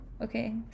okay